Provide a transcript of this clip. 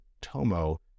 Tomo